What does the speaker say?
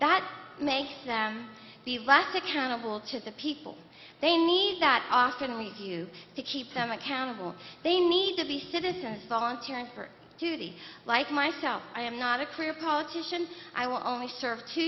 that makes the last accountable to the people they need that often leave you to keep them accountable they need to be citizens volunteering for duty like myself i am not a career politician i will only serve two